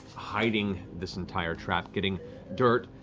hiding this entire trap, getting dirt,